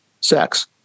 Sex